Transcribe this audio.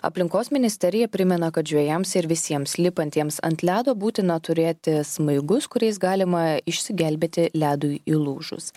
aplinkos ministerija primena kad žvejams ir visiems lipantiems ant ledo būtina turėti smaigus kuriais galima išsigelbėti ledui įlūžus